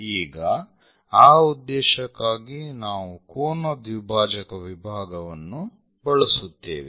ಈಗ ಆ ಉದ್ದೇಶಕ್ಕಾಗಿ ನಾವು ಕೋನ ದ್ವಿಭಾಜಕ ವಿಭಾಗವನ್ನು ಬಳಸುತ್ತೇವೆ